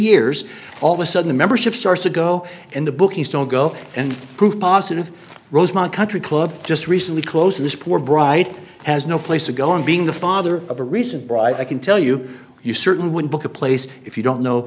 years all of a sudden membership starts to go and the bookies don't go and proof positive rosemont country club just recently closed this poor bright has no place to go and being the father of a recent bride i can tell you you certain when book a place if you don't know